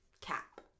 Cap